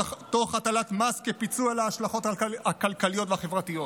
תוך הטלת מס כפיצוי על ההשלכות הכלכליות והחברתיות,